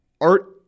art